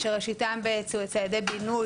שראשיתם בצעדי בינוי,